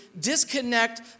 disconnect